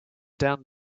down